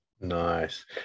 Nice